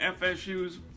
FSU's